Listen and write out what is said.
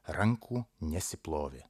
rankų nesiplovė